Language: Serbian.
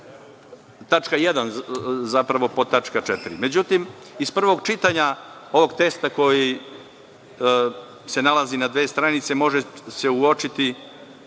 tačka 1. zapravo, podtačka 4.Međutim, iz prvog čitanja ovog teksta koji se nalazi na dve stranice može se uočiti